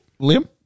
liam